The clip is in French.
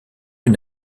une